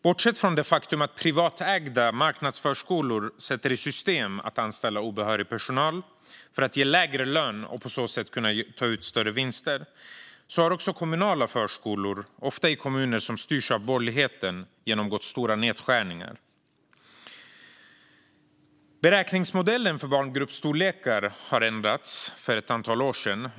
Bortsett från det faktum att privatägda marknadsförskolor sätter i system att anställa obehörig personal för att ge lägre lön och på så sätt kunna ta ut vinster har också kommunala förskolor, ofta i kommuner som styrs av borgerligheten, genomgått stora nedskärningar. Beräkningsmodellen för barngruppsstorlekar ändrades för ett antal år sedan.